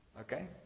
Okay